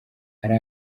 hari